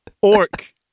Orc